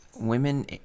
women